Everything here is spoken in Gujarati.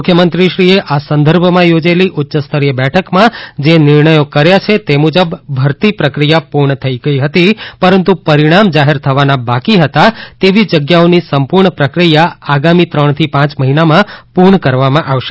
મુખ્યમંત્રીશ્રીએ આ સંદર્ભમાં યોજેલી ઉચ્યસ્તરીય બેઠકમાં જે નિર્ણયો કર્યા છે તે મુજબ ભરતી પ્રક્રિયા પૂર્ણ થઇ ગઇ હતી પરંતુ પરિણામ જાહેર થવાના બાકી હતા તેવી જગ્યાઓની સંપૂર્ણ પ્રક્રિયા આગામી ત્રણથી પાંચ મહિનામાં પૂર્ણ કરવામાં આવશે